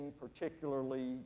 particularly